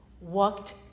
walked